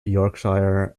yorkshire